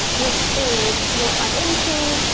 which is what i'm into,